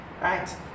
right